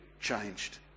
changed